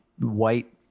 white